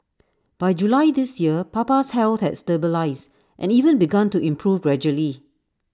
by July this year Papa's health had stabilised and even begun to improve gradually